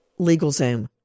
LegalZoom